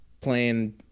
playing